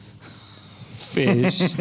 fish